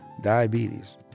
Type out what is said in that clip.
diabetes